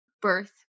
birth